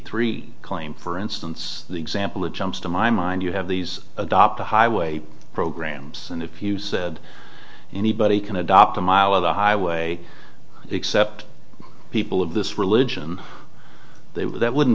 three claim for instance the example it jumps to my mind you have these adopt a highway programs and if you said anybody can adopt a mile of the highway except people of this religion they would that wouldn't